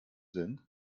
sind